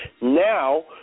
Now